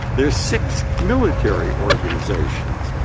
there's six military organizations.